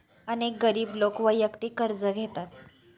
अनेक गरीब लोक वैयक्तिक कर्ज घेतात